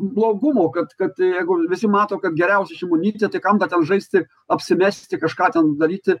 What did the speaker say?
blogumo kad kad jeigu visi mato kad geriausia šimonytė tai kam dar ten žaisti apsimesti kažką ten daryti